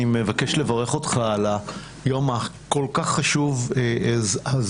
אני מבקש לברך אותך על היום הכול כך חשוב הזה.